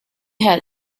had